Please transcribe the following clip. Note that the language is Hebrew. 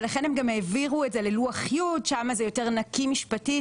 ולכן הם גם העבירו את זה ללוח י' שמה זה יותר נקי משפטית,